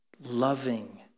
loving